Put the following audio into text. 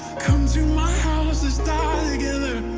come to my house, let's die together